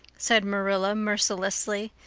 said marilla mercilessly,